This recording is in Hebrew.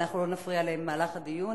אנחנו לא נפריע למהלך הדיון.